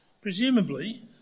Presumably